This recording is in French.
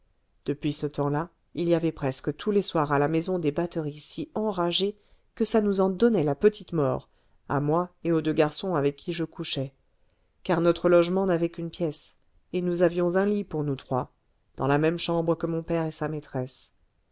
depuis ce temps-là il y avait presque tous les soirs à la maison des batteries si enragées que ça nous en donnait la petite mort à moi et aux deux garçons avec qui je couchais car notre logement n'avait qu'une pièce et nous avions un lit pour nous trois dans la même chambre que mon père et sa maîtresse